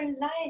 life